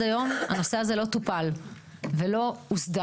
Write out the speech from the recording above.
היום הנושא הזה לא טופל ולא הוסדר.